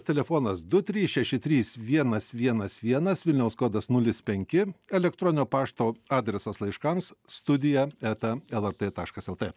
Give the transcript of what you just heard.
telefonas du trys šeši trys vienas vienas vienas vilniaus kodas nulis penki elektroninio pašto adresas laiškams studija eta lrt taškas lt